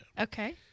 Okay